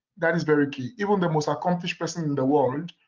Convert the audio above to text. that is very key. even the most accomplished person in the world,